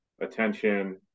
attention